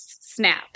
snap